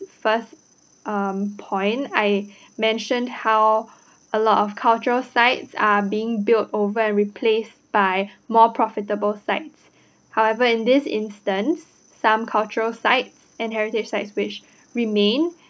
first um point I mentioned how a lot of culture sites are being built over and replaced by more profitable sites however in this instance some cultural sites and heritage sites which remain